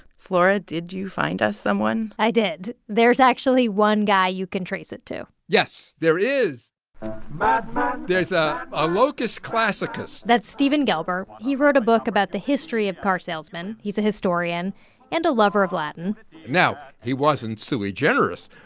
flora, did you find us someone? i did. there's actually one guy you can trace it to yes, there is madman, madman. there's a locus classicus that's steven gelber. he wrote a book about the history of car salesmen. he's a historian and a lover of latin now, he wasn't sui generis,